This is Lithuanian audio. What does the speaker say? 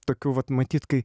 tokių vat matyt kai